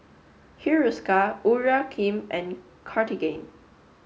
Hiruscar Urea and Cartigain